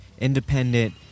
independent